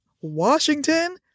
Washington